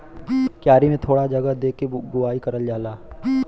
क्यारी में थोड़ा जगह दे के बोवाई करल जाला